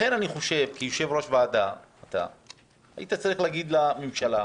לכן אני חושב שאתה כיושב-ראש ועדה היית צריך להגיד לממשלה,